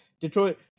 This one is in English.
Detroit